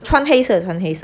穿黑色穿黑色